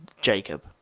Jacob